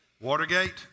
Watergate